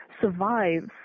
survives